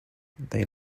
they